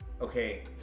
Okay